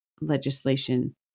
legislation